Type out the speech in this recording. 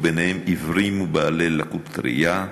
וביניהם עיוורים ובעלי לקות ראייה.